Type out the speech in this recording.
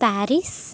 Paris